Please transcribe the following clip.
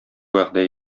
вәгъдә